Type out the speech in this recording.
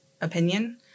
opinion